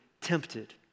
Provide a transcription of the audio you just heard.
tempted